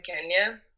Kenya